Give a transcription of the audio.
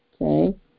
okay